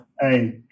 hey